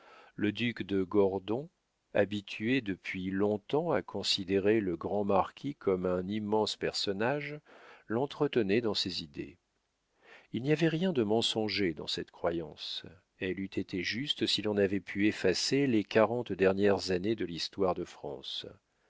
le duc de gordon habitués depuis longtemps à considérer le grand marquis comme un immense personnage l'entretenaient dans ses idées il n'y avait rien de mensonger dans cette croyance elle eût été juste si l'on avait pu effacer les quarante dernières années de l'histoire de france